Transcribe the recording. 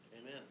Amen